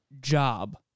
job